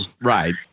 Right